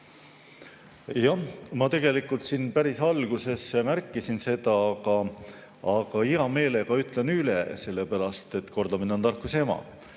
Ma tegelikult päris alguses märkisin seda, aga hea meelega ütlen üle, sellepärast et kordamine on tarkuse ema.